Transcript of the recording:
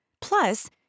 Plus